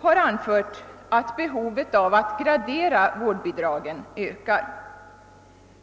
anfört att behovet att gradera vårdbidragen ökar.